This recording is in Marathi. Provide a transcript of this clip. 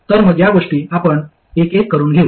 तर मग या गोष्टी आपण एकेक करून घेऊ